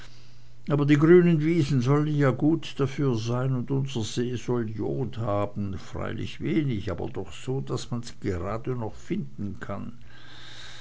aber die grünen wiesen sollen ja gut dafür sein und unser see soll jod haben freilich wenig aber doch so daß man's noch gerade finden kann